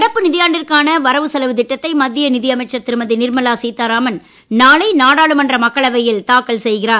நடப்பு நிதியாண்டிற்கான வரவு செலவுத் திட்டத்தை மத்திய நிதி அமைச்சர் திருமதி நிர்மலா சீதாராமன் நாளை நாடாளுமன்ற மக்களவையில் தாக்கல் செய்கிறார்